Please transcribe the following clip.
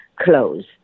close